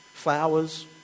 flowers